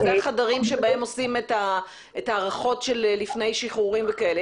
שזה החדרים שבהם עושים את ההערכות של לפני שחרורים וכאלה.